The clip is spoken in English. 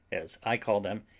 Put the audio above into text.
as i call them,